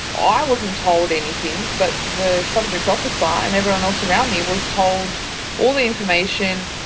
i wasn't told anything but the subject officer and everyone else around me was told all the information.